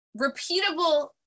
repeatable